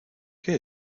qué